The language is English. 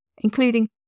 including